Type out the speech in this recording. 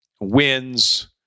wins